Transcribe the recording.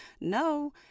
no